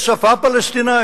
יש שפה פלסטינית?